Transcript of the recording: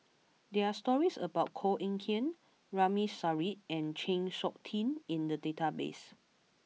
there are stories about Koh Eng Kian Ramli Sarip and Chng Seok Tin in the database